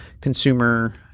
consumer